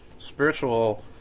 spiritual